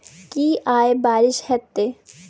की आय बारिश हेतै?